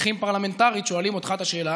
שמפקחים פרלמנטרית, שואלים אותך את השאלה.